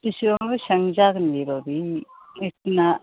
बेसेबां बेसेबां जागोन बेयोबा ना